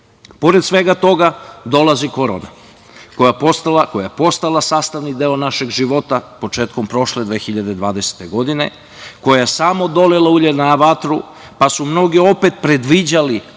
svega toga dolazi korona koja je postala sastavni deo našeg života početkom prošle, 2020. godine, koja je samo dolila ulje na vatru, pa su mnogi opet predviđali,